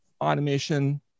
automation